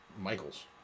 Michaels